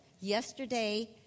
yesterday